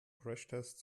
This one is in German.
crashtest